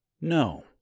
No